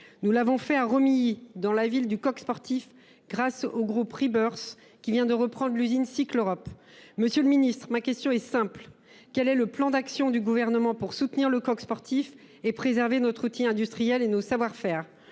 Nous l’avons fait à Romilly, dans la ville du Coq Sportif, grâce au groupe Rebirth, qui vient de reprendre l’usine Cycleurope. Monsieur le ministre, ma question est simple : quel est le plan d’action du Gouvernement pour soutenir le Coq Sportif et préserver notre outil industriel et nos savoir faire ?